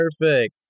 perfect